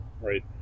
right